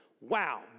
Wow